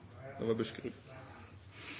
det var